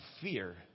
fear